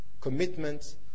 commitment